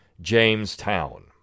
Jamestown